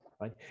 right